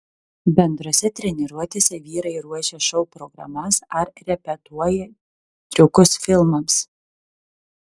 bendrose treniruotėse vyrai ruošia šou programas ar repetuoja triukus filmams